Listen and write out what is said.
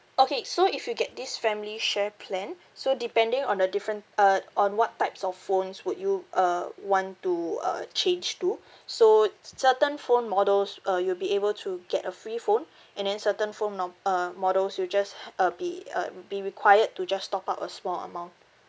okay so if you get this family share plan so depending on the different uh on what types of phones would you uh want to uh change to so certain phone models uh you'll be able to get a free phone and then certain phone no~ uh models you will just uh be uh be required to just top up a small amount